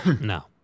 No